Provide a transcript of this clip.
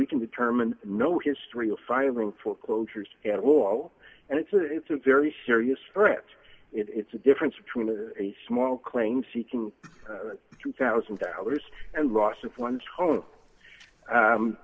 we can determine no history of firing foreclosures at all and it's a it's a very serious threat and it's a difference between a small claim seeking two thousand dollars and loss of one's